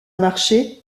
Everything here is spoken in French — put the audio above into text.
marché